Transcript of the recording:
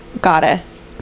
goddess